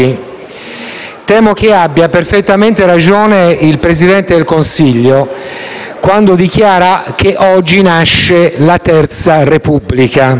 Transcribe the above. temo che abbia perfettamente ragione il Presidente del Consiglio, quando dichiara che oggi nasce la terza Repubblica.